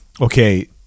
okay